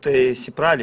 היא סיפרה לי